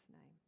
name